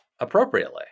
appropriately